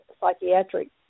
psychiatric